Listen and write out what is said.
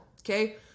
Okay